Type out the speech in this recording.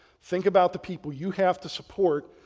think about the people you have to support.